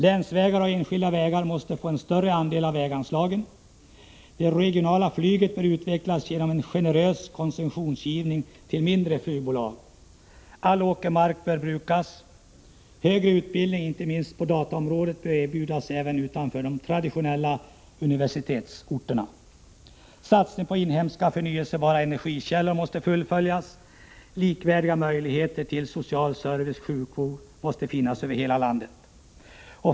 Länsvägar och enskilda vägar måste få en större andel av väganslagen. Det regionala flyget bör utvecklas genom en generös koncessionsgivning till mindre flygbolag. All åkermark bör brukas. Högre utbildning, inte minst på dataområdet, bör erbjudas även utanför de traditionella universitetsorterna. Satsningen på inhemska förnyelsebara energikällor måste fullföljas. Likvärdiga möjligheter till social service och sjukvård måste finnas över hela landet.